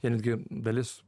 vėlgi dalis